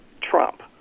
Trump